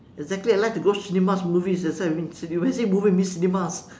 exactly I like to go cinemas movies that's why I mean when I say movies I mean cinemas